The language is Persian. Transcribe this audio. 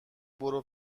برو